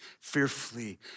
fearfully